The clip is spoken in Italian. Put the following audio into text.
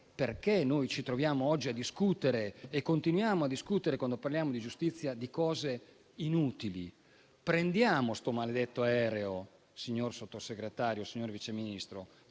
perché ci troviamo oggi a discutere e continuiamo a discutere, quando parliamo di giustizia, di cose inutili? Prendiamo questo maledetto aereo, signor Sottosegretario, signor Vice Ministro,